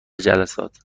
جلسات